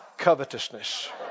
covetousness